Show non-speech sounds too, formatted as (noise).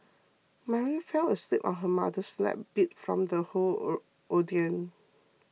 mary fell asleep on her mother's lap beat from the whole (hesitation) ordeal